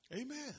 Amen